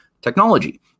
technology